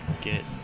Get